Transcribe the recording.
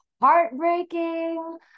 heartbreaking